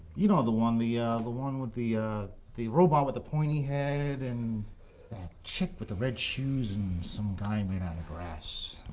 you know, the one the ah the one with the the robot with the pointy head, and that chick with the red shoes and some guy made out of grass,